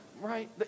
right